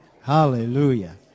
Hallelujah